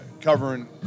covering